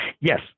Yes